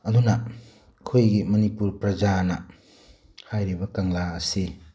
ꯑꯗꯨꯅ ꯑꯩꯈꯣꯏꯒꯤ ꯃꯅꯤꯄꯨꯔ ꯄ꯭ꯔꯖꯥꯅ ꯍꯥꯏꯔꯤꯕ ꯀꯪꯂꯥ ꯑꯁꯤ